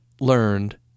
learned